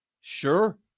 Sure